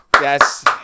Yes